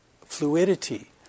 fluidity